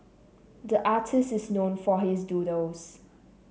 the artist is known for his doodles